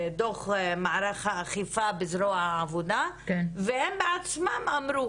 דוח מערך האכיפה בזרוע העבודה, והם בעצמם אמרו